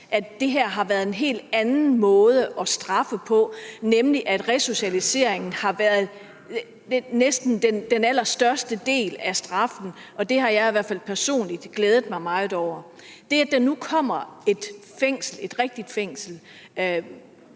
at der har været tale om en helt anden måde at straffe på, hvor resocialiseringen næsten har været den allerstørste del af straffen. Og det har jeg i hvert fald personligt glædet mig meget over på. Det, at der nu kommer et rigtigt fængsel,